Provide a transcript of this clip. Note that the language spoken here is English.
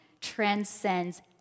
transcends